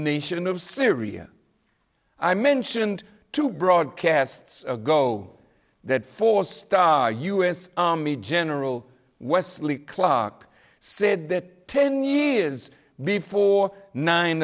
nation of syria i mentioned two broadcasts ago that for star us army general wesley clark said that ten years before nine